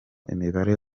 imibare